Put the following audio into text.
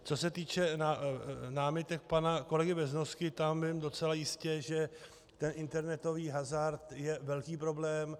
Co se týče námitek pana kolegy Beznosky, tam vím docela jistě, že internetový hazard je velký problém.